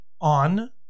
on